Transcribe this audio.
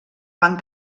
van